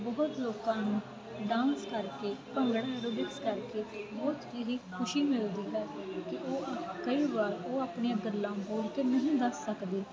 ਬਹੁਤ ਲੋਕਾਂ ਨੂੰ ਡਾਂਸ ਕਰਕੇ ਭੰਗੜਾ ਐਰੋਵਿਕਸ ਕਰਕੇ ਬਹੁਤ ਹੀ ਖੁਸ਼ੀ ਮਿਲਦੀ ਹੈ ਕਿ ਉਹ ਕਈ ਵਾਰ ਉਹ ਆਪਣੀਆਂ ਗੱਲਾਂ ਬੋਲ ਕੇ ਨਹੀਂ ਦੱਸ ਸਕਦੇ